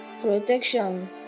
protection